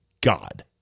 God